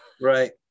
Right